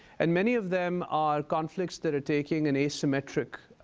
and many of them are conflicts that are taking an asymmetric